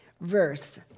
Verse